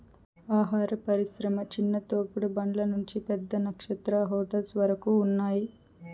ఆహార పరిశ్రమ చిన్న తోపుడు బండ్ల నుంచి పెద్ద నక్షత్ర హోటల్స్ వరకు ఉన్నాయ్